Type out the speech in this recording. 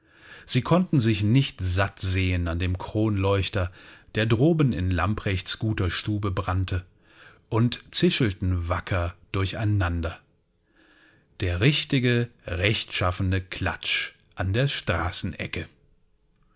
sie konnten sich nicht satt sehen an dem kronleuchter der droben in lamprechts guter stube brannte und zischelten wacker durcheinander der richtige rechtschaffene klatsch an der straßenecke